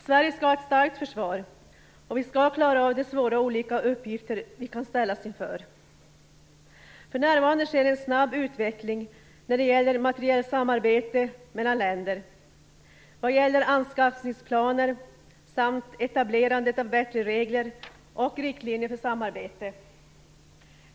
Sverige skall ha ett starkt försvar, och vi skall klara av de svåra och skilda uppgifter vi kan ställas inför. För närvarande sker en snabb utveckling när det gäller materielsamarbete mellan länder vad gäller anskaffningsplaner samt etablerande av bättre regler och riktlinjer för samarbete.